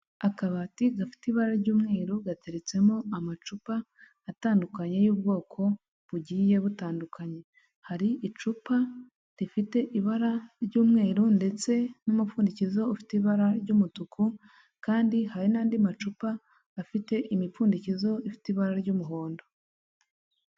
Akabati gafite ibara ry'umweru gateretsemo amacupa atandukanye y'ubwoko bugiye butandukanye hari icupa rifite ibara ry'umweru ndetse n'umupfundikizo ufite ibara ry'umutuku kandi hari n'andi macupa afite imipfundikizo ifite ibara ry'umuhondo.